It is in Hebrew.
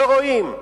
או שלא רואים,